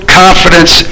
confidence